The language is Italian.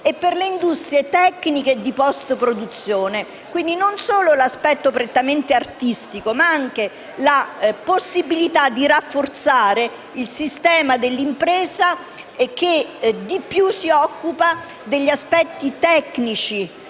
e per le industrie tecniche e di postproduzione, quindi non si prende in esame solo l’aspetto prettamente artistico, ma anche la possibilità di rafforzare il sistema dell’impresa che di più si occupa degli aspetti tecnici,